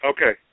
Okay